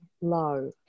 low